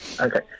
Okay